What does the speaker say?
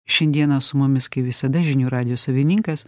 šiandieną su mumis kaip visada žinių radijo savininkas